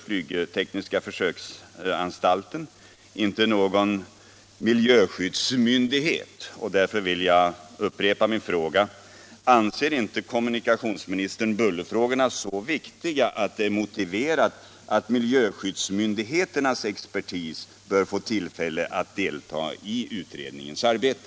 Flygtekniska försöksanstalten är ju inte någon miljöskyddsmyndighet, och därför vill jag upprepa min fråga: Anser inte kommunikationsministern bullerfrågorna så viktiga att det är motiverat att miljöskyddsmyndigheternas expertis får tillfälle att delta i utredningens arbete?